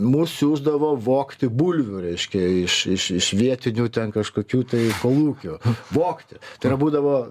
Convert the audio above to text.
mus siųsdavo vogti bulvių reiškia iš iš iš vietinių ten kažkokių tai kolūkio vogti tai yra būdavo